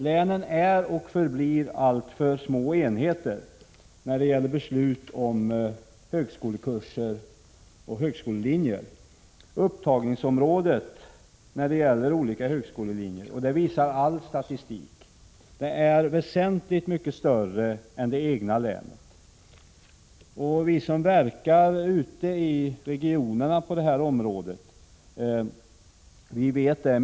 Länen är och förblir alltför små enheter när det gäller beslut om högskolekurser och högskolelinjer. All statistik visar att upptagningsområdet för olika högskolelinjer är väsentligt mycket större än ett enskilt län. Vi som verkar på det här området ute i regionerna känner också mycket väl till detta.